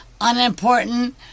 unimportant